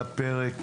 על הפרק: